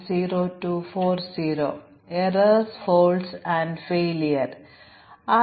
ഒരുപക്ഷേ അവൻ ചെയ്യാത്ത ചില സ്റ്റേറ്റ്മെൻറ്കൾ എഴുതാൻ അവൻ ആഗ്രഹിച്ചേക്കാം